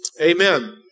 Amen